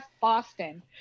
Boston